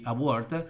Award